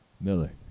Miller